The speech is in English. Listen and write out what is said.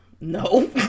No